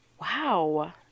Wow